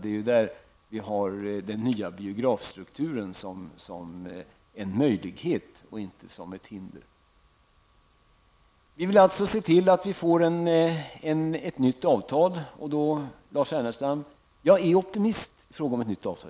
Det är där vi har den nya biografstrukturen som en möjlighet och inte som ett hinder. Vi vill alltså se till att vi får ett nytt avtal. Och jag är, Lars Ernestam, optimist i fråga om ett nytt avtal.